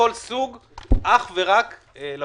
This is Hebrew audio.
ורק לפריפריה.